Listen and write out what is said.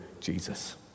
Jesus